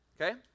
okay